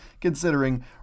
considering